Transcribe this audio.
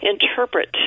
interpret